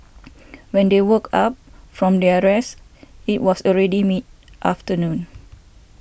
when they woke up from their rest it was already mid afternoon